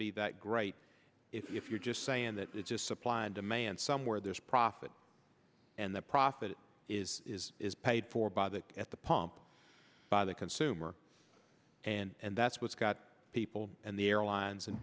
be that great if you're just saying that it's just supply and demand somewhere there's profit and the profit is is paid for by that at the pump by the consumer and that's what's got people and the airlines